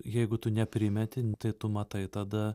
jeigu tu neprimeti tai tu matai tada